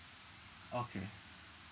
okay